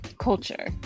culture